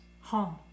home